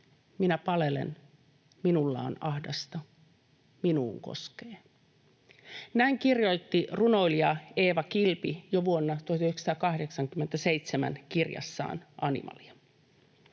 Minä palelen. Minulla on ahdasta. Minuun koskee.” Näin kirjoitti runoilija Eeva Kilpi jo vuonna 1987 kirjassaan Animalia.